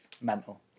mental